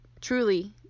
truly